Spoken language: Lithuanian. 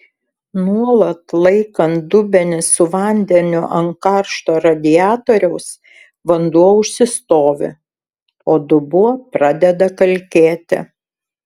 nuolat laikant dubenį su vandeniu ant karšto radiatoriaus vanduo užsistovi o dubuo pradeda kalkėti